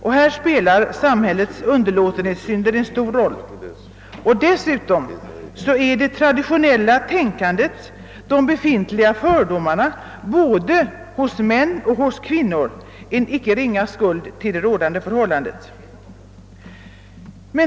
Här spelar samhällets underlåtenhetssynder en stor roll. Dessutom bär det traditionella tänkandet, de befintliga fördomarna både hos män och hos kvinnor en icke ringa skuld till det rådande förhållandet.